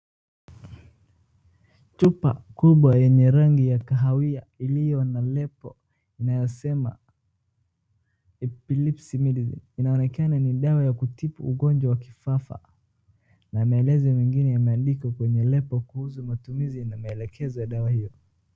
Chupa kubwa yenye rangi ya kahawia iliyo na lebo inayosema EPILEPSY MEDICINE . Inaonekana ni dawa ya kutibu ugonjwa wa kifafa na maelezo mengine yameandikwa kwenye lebo kuhusu matumizi na maelekezo ya dawa hio.